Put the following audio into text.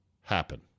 happen